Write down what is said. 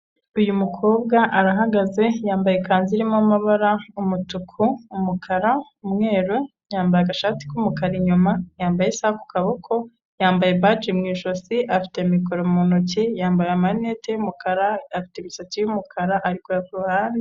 Uyu mukobwa arahagaze yambaye ikanzu irimo amabara umutuku umukara umweru, yambaye agashati k'umukara inyuma yambaye isaha ku kaboko, yambaye baji mu ijosi afite mikoro mu ntoki, yambaye amarinete y'umukara, afite imisatsi y'umukara ari kureba ku ruhande.